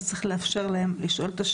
אז צריך לאפשר להם לשאול את השאלות.